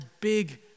big